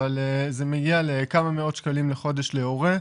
אבל זה מגיע לכמה מאות שקלים לחודש להורה.